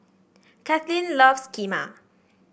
Kathlyn loves Kheema